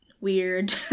weird